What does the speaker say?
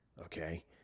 Okay